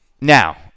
now